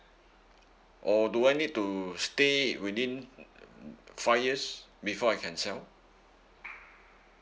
or do I need to stay within five years before I can sell